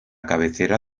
cabecera